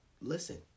Listen